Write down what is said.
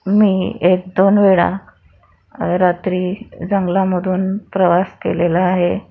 मी एक दोन वेळा रात्री जंगलामधून प्रवास केलेला आहे